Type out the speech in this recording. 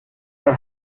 her